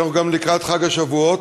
שאנחנו גם לקראת חג השבועות,